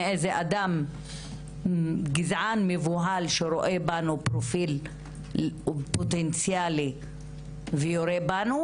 מאיזה אדם גזען מבוהל שרואה בנו פרופיל פוטנציאלי ויורה בנו,